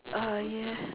uh yes